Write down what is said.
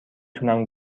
تونم